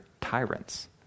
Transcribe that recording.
tyrants